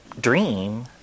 dream